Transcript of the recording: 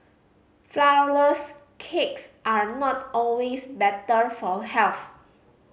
flourless cakes are not always better for health